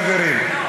חברים,